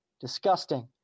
Disgusting